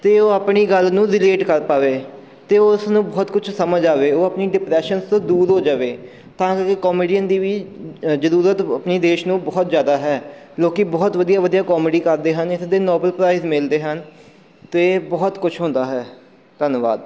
ਅਤੇ ਉਹ ਆਪਣੀ ਗੱਲ ਨੂੰ ਰਿਲੇਟ ਕਰ ਪਾਵੇ ਅਤੇ ਉਸ ਨੂੰ ਬਹੁਤ ਕੁਛ ਸਮਝ ਆਵੇ ਉਹ ਆਪਣੀ ਡਿਪਰੈਸ਼ਨਸ ਤੋਂ ਦੂਰ ਹੋ ਜਾਵੇ ਤਾਂ ਕਰਕੇ ਕੋਮੇਡੀਅਨ ਦੀ ਵੀ ਜ਼ਰੂਰਤ ਆਪਣੇ ਦੇਸ਼ ਨੂੰ ਬਹੁਤ ਜ਼ਿਆਦਾ ਹੈ ਲੋਕ ਬਹੁਤ ਵਧੀਆ ਵਧੀਆ ਕੋਮੇਡੀ ਕਰਦੇ ਹਨ ਇਸਦੇ ਨੋਬਲ ਪ੍ਰਾਈਜ਼ ਮਿਲਦੇ ਹਨ ਅਤੇ ਬਹੁਤ ਕੁਛ ਹੁੰਦਾ ਹੈ ਧੰਨਵਾਦ